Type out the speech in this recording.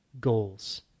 goals